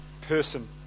person